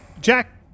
Jack